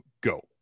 go